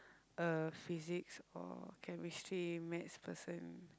uh Physics or Chemistry Math person